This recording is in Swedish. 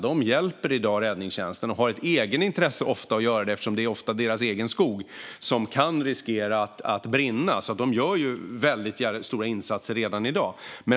De hjälper i dag räddningstjänsten och har ett eget intresse av att göra det eftersom det ofta är deras egen skog som kan riskera att brinna. De gör alltså väldigt stora insatser redan i dag.